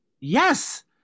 Yes